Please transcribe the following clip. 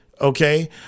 Okay